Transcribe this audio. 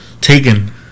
taken